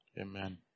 Amen